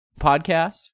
podcast